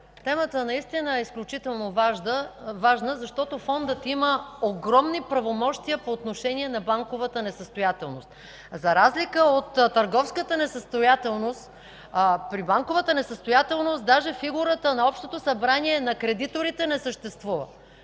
Темата наистина е изключително важна, защото Фондът има огромни правомощия по отношение на банковата несъстоятелност. За разлика от търговската несъстоятелност, при банковата несъстоятелност не съществува даже фигурата на общото събрание на кредиторите. В конкретната